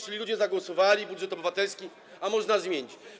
Czyli ludzie zagłosowali, jest budżet obywatelski, a można go zmienić.